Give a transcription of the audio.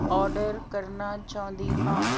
order ਕਰਨਾ ਚਾਹੁੰਦੀ ਹਾਂ